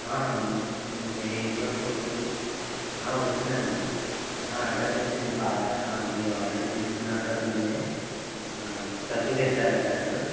మీ మీది ఇటువంటి ఫొటో వచ్చిందండి అడ్రస్ వచ్చింది పాత మీరు ఆల్రడి తీసుకున్న అడ్రస్ ఉంది సరుకులు చెప్తారా సార్ ఇప్పుడు